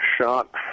shot